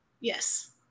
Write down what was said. Yes